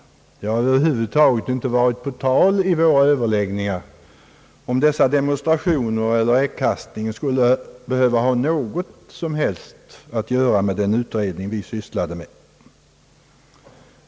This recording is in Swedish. Det har över huvud taget inte varit på tal i våra överläggningar att dessa demonstrationer eller äggkastningen skulle ha någonting som helst att göra med den utredning vi sysslade med.